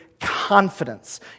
confidence